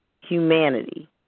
humanity